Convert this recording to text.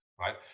right